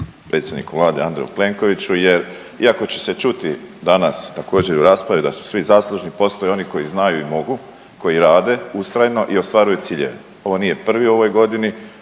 predsjedniku Vlade Andreju Plenkoviću jer iako će se čuti danas također u raspravi da su svi zaslužni, postoje oni koji znaju i mogu, koji rade ustrajno i ostvaruju ciljeve. Ovo nije prvi u ovoj godini,